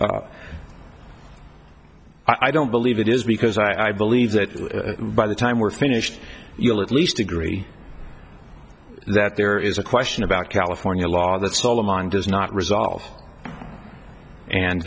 yeah i don't believe it is because i believe that by the time we're finished you'll at least agree that there is a question about california law that's all the mind does not resolve and